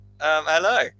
Hello